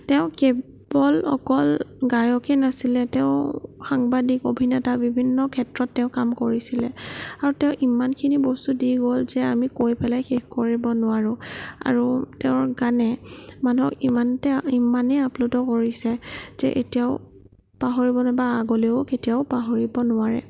তেওঁ কেৱল অকল গায়কেই নাছিলে তেওঁ সাংবাদিক অভিনেতা বিভিন্ন ক্ষেত্ৰত তেওঁ কাম কৰিছিলে আৰু তেওঁ ইমানখিনি বস্তু দি গ'ল যে আমি কৈ পেলাই শেষ কৰিব নোৱাৰোঁ আৰু তেওঁৰ গানে মানুহক ইমানে ইমানেই আপ্লুট কৰিছে যে এতিয়াও পাহৰিব নোৱাৰে বা আগলৈয়ো কেতিয়াও পাহৰিব নোৱাৰে